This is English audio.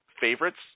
favorites